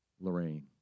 Lorraine